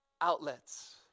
outlets